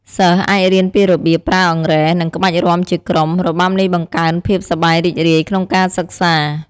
សិស្សអាចរៀនពីរបៀបប្រើអង្រែ និងក្បាច់រាំជាក្រុម របាំនេះបង្កើនភាពសប្បាយរីករាយក្នុងការសិក្សា។